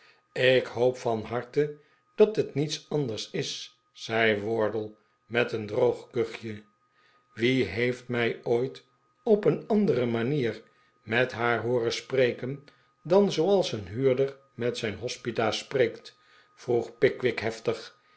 ik hoop van harte dat het niets anders is zei wardle met een droog kuchje wie heeft mij ooit op een andere manier met haar hooren spreken dan zooals een huurder met zijn hospita spreekt vroeg pickwick heftig